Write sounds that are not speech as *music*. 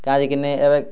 *unintelligible* କିନି ଏବେ